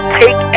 take